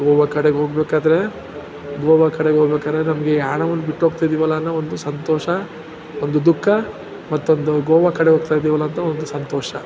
ಗೋವಾ ಕಡೆಗೆ ಹೋಗ್ಬೇಕಾದ್ರೆ ಗೋವಾ ಕಡೆಗೆ ಹೋಗ್ಬೇಕಾದ್ರೆ ನಮಗೆ ಯಾಣ ಒಂದು ಬಿಟ್ಟೋಗ್ತಾಯಿದೀವಲ್ಲ ಅನ್ನೋ ಒಂದು ಸಂತೋಷ ಒಂದು ದುಃಖ ಮತ್ತೊಂದು ಗೋವಾ ಕಡೆ ಹೋಗ್ತಾಯಿದ್ದೀವಲ್ಲ ಅಂತ ಒಂದು ಸಂತೋಷ